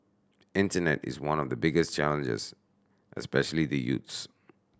internet is one of the biggest challenges especially the youths